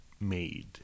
made